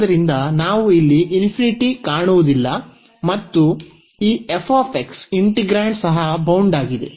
ಆದ್ದರಿಂದ ನಾವು ಇಲ್ಲಿ ಕಾಣುವುದಿಲ್ಲ ಮತ್ತು ಈ ಇಂಟಿಗ್ರಾಂಡ್ ಸಹ ಬೌಂಡ್ ಆಗಿದೆ